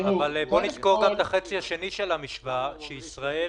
אבל בוא נזכור גם את החצי השני של המשוואה: שישראל